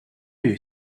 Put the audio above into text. you